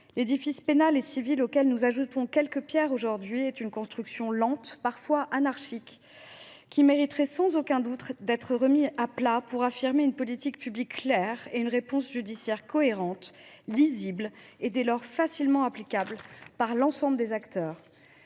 L’édifice pénal et civil auquel nous ajoutons quelques pierres aujourd’hui est une construction lente, parfois anarchique. Il mériterait sans aucun doute d’être remis à plat pour affirmer une politique publique claire et permettre une réponse judiciaire cohérente, lisible et, dès lors, facilement applicable par l’ensemble des acteurs.